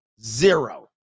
Zero